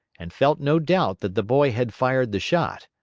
and felt no doubt that the boy had fired the shot.